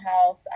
health